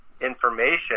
information